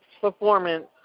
performance